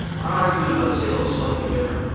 our argument about sales is slightly different,